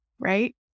Right